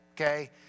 Okay